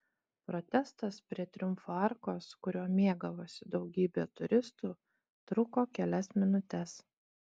protestas prie triumfo arkos kuriuo mėgavosi daugybė turistų truko kelias minutes